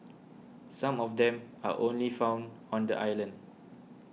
some of them are only found on the island